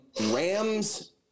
rams